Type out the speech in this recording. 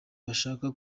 bashaka